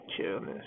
Chillness